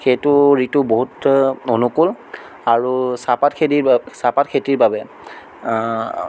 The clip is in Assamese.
সেইটো ঋতু বহুত অনুকূল আৰু চাহপাত খেতি চাহপাত খেতিৰ বাবে